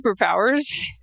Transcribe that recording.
superpowers